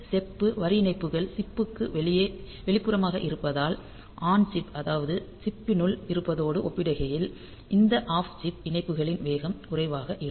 செப்பு வரி இணைப்புகள் சிப் புக்கு வெளிப்புறமாக இருப்பதால் ஆன் சிப் அதாவது சிப் பினுள் இருப்பதோடு ஒப்பிடுகையில் இந்த ஆஃப் சிப் இணைப்புகளின் வேகம் குறைவாக இருக்கும்